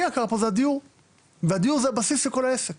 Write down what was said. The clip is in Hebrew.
יקר פה זה הדיון והדיור זה הבסיס לכל העסק